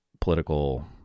political